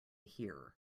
here